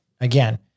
again